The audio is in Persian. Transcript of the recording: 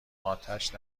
اتش